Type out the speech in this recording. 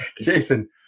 Jason